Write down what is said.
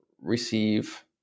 receive